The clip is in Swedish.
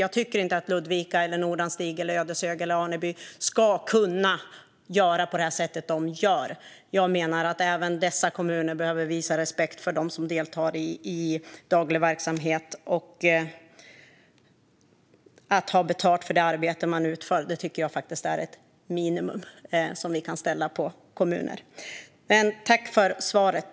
Jag tycker inte att Ludvika, Nordanstig, Ödeshög eller Aneby ska kunna göra på det här sättet. Även dessa kommuner behöver visa respekt för dem som deltar i daglig verksamhet. Och att man ska ha betalt för det arbete man utför tycker jag faktiskt är ett minimikrav vi kan ställa på kommuner. Jag tackar för svaret.